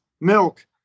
milk